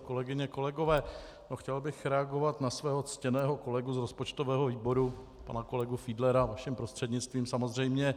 Kolegyně, kolegové, chtěl bych reagovat na svého ctěného kolegu z rozpočtového výboru pana kolegu Fiedlera, vaším prostřednictvím samozřejmě.